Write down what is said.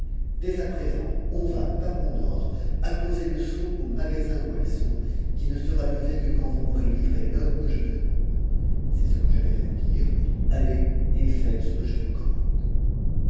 des a présent on va par mon ordre apposer le sceau magasins où elles sont qui ne sera levé que quand vous m'aurez rhomme que je vous demande c'est ce que j'avais à vous dire et faites ce que je vous commande